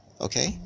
okay